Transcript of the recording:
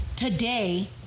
today